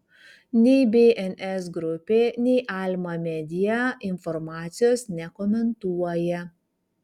nei bns grupė nei alma media informacijos nekomentuoja